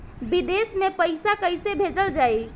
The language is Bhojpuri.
विदेश में पईसा कैसे भेजल जाई?